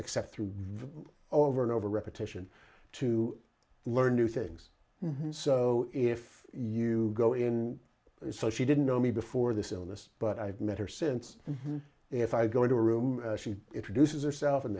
except through over and over repetition to learn new things and so if you go in there so she didn't know me before this illness but i've met her since if i go into a room she introduces herself and